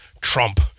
Trump